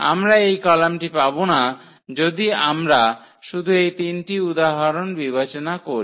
আমরা এই কলামটি পাব না যদি আমরা শুধু এই তিনটি উদাহরণ বিবেচনা করি